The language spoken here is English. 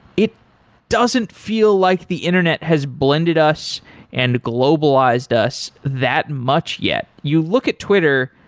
it doesn't feel like the internet has blended us and globalized us that much yet. you look at twitter,